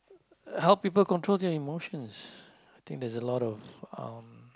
help people control their emotions think there's a lot of uh